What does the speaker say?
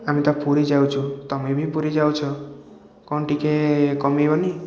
ଆମେ ତ ପୁରୀ ଯାଉଛୁ ତୁମେ ବି ପୁରୀ ଯାଉଛ କ'ଣ ଟିକେ କମିବନି